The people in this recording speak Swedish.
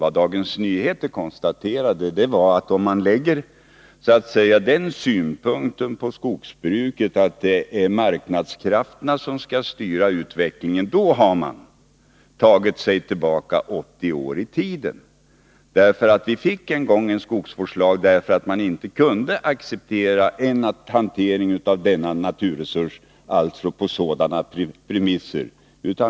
Vad Dagens Nyheter konstaterade var att man, om man lägger den synpunkten på skogsbruket att det är marknadskrafterna som skall styra utvecklingen, har tagit sig tillbaka 80 år i tiden. Vi fick ju en gång en skogsvårdslag därför att man inte kunde acceptera att hanteringen av den naturresurs som skogen utgör sköttes på sådana premisser.